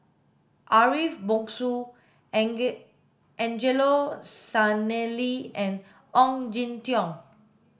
Ariff Bongso Angelo Sanelli and Ong Jin Teong